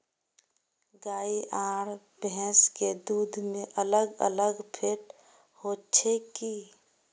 गाय आर भैंस के दूध में अलग अलग फेट होचे की?